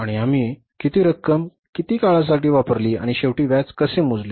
आणि आम्ही किती रक्कम किती काळासाठी वापरली आणि शेवटी व्याज कसे मोजले